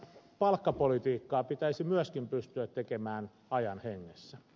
palkkapolitiikkaa pitäisi myöskin pystyä tekemään ajan hengessä